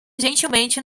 gentilmente